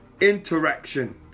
interaction